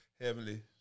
Heavenly